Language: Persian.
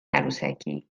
عروسکی